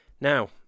now